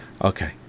Okay